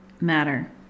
matter